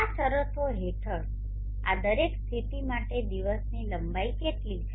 આ શરતો હેઠળ આ દરેક સ્થિતિ માટે દિવસની લંબાઈ કેટલી છે